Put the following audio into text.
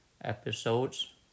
episodes